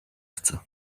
chcę